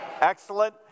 Excellent